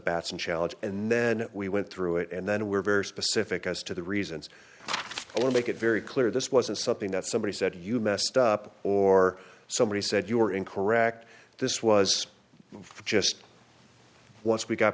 batson challenge and then we went through it and then we're very specific as to the reasons or make it very clear this wasn't something that somebody said you messed up or somebody said you were in correct this was just once we got